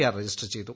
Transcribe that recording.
R register ചെയ്തു